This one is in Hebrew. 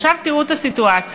עכשיו תראו את הסיטואציה: